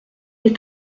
est